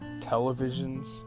televisions